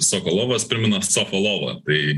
sokolovas primena sofą lovą tai